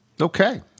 Okay